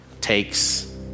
takes